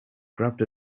grabbed